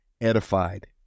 edified